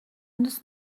دوست